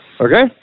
Okay